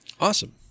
Awesome